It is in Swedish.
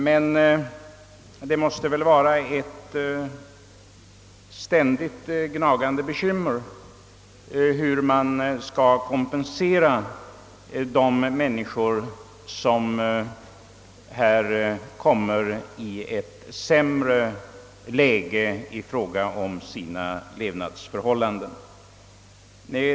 Men det måste väl vara ett ständigt gnagande bekymmer för socialministern, hur man skall kunna kompensera de människor som nu kommer att få sämre levnadsförhållanden.